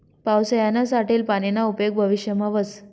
पावसायानं साठेल पानीना उपेग भविष्यमा व्हस